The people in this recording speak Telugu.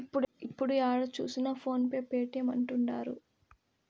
ఇప్పుడు ఏడ చూసినా ఫోన్ పే పేటీఎం అంటుంటారు